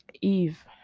eve